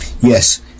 Yes